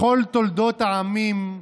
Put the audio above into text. בכל תולדות העמים,